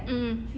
mm